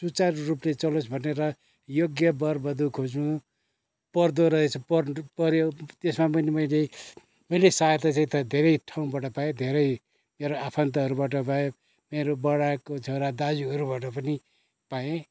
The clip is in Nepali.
सुचारू रूपले चलोस् भनेर योग्य वर वधु खोग्नु पर्दो रहेछ पऱ्यो त्यसमा पनि मैले मैले सहायता चाहिँ तर धेरै ठाउँबाट पाएँ धेरै मेरो आफन्तहरूबाट पाएँ मेरो बढाको छोरा दाजुहरूबाट पनि पाएँ